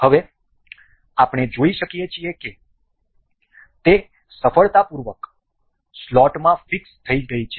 હવે આપણે જોઈ શકીએ છીએ કે તે સફળતાપૂર્વક સ્લોટમાં ફિક્સ થઈ ગઈ છે